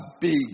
big